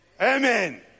amen